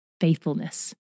faithfulness